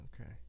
Okay